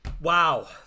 wow